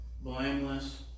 blameless